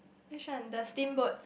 which one the steamboat